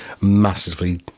massively